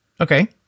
Okay